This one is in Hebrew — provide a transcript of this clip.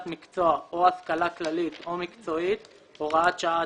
מקצוע או השכלה כללית או מקצועית)(הוראת שעה),